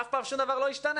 אף פעם שום דבר לא ישתנה,